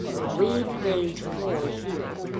we've named four here